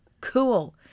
cool